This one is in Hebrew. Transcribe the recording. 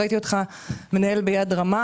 ראיתי אותך מנהל אותה ביד רמה,